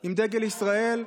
עם דגל ישראל.